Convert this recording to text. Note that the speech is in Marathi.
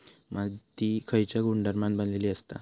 माती खयच्या गुणधर्मान बनलेली असता?